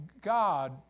God